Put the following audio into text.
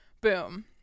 Boom